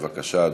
בבקשה,